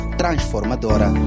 transformadora